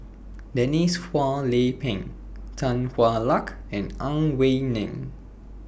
Denise Phua Lay Peng Tan Hwa Luck and Ang Wei Neng